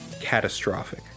catastrophic